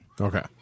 Okay